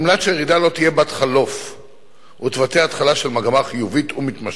על מנת שהירידה לא תהיה בת-חלוף ותבטא התחלה של מגמה חיובית ומתמשכת,